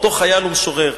אותו חייל ומשורר.